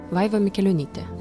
vaiva mikelionytė